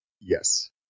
Yes